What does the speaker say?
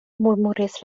murmuris